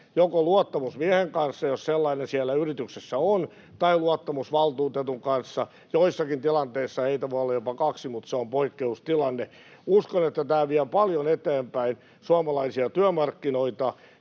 joko luottamusmiehen kanssa, jos sellainen siellä yrityksessä on, tai luottamusvaltuutetun kanssa — joissakin tilanteissa heitä voi olla jopa kaksi, mutta se on poikkeustilanne. Uskon, että tämä vie paljon eteenpäin suomalaisia työmarkkinoita